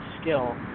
skill